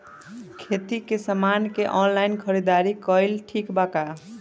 खेती के समान के ऑनलाइन खरीदारी कइल ठीक बा का?